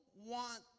want